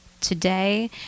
today